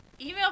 Email